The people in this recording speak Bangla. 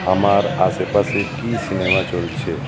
আমার আশেপাশে কী সিনেমা চলছে